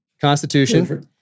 constitution